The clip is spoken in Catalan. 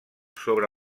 sobre